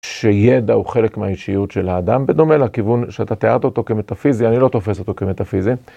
שידע הוא חלק מהאישיות של האדם, בדומה לכיוון שאתה תיארת אותו כמטאפיזי, אני לא תופס אותו כמטאפיזי.